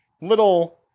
little